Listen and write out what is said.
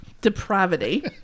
depravity